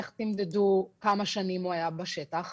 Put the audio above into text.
איך תמדדו כמה שנים הוא היה בשטח?